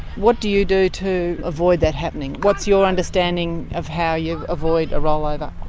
what do you do to avoid that happening? what's your understanding of how you avoid a rollover?